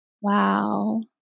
wow